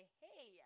hey